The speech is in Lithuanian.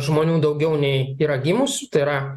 žmonių daugiau nei yra gimusių tai yra